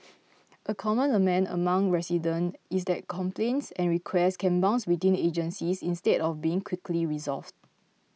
a common lament among resident is that complaints and request can bounce between agencies instead of being quickly resolved